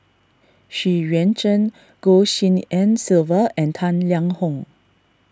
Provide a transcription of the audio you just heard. Xu Yuan Zhen Goh Tshin En Sylvia and Tang Liang Hong